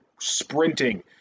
sprinting